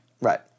Right